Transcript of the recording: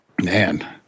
Man